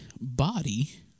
body